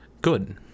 good